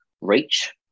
reach